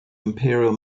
imperial